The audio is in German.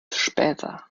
später